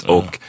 Och